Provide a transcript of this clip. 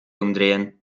umdrehen